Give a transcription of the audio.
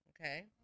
okay